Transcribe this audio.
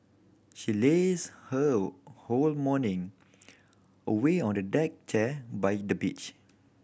she lazed her whole morning away on a deck chair by the beach